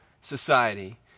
society